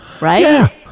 right